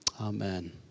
amen